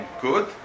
good